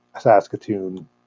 Saskatoon